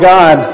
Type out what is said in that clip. God